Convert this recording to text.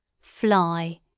fly